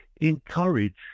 encourage